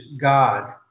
god